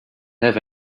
have